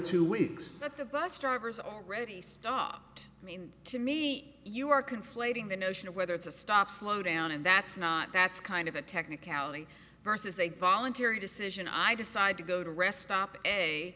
weeks bus drivers already stopped i mean to me you are conflating the notion of whether it's a stop slow down and that's not that's kind of a technicality versus a voluntary decision i decide to go to rest stop a